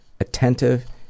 attentive